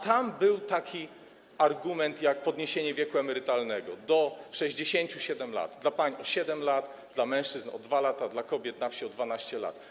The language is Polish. Tam był taki argument, jak podniesienie wieku emerytalnego do 67 lat: dla pań - o 7 lat, dla mężczyzn - o 2 lata, dla kobiet na wsi - o 12 lat.